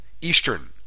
Eastern